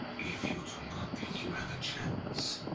if you do not think you have a chance,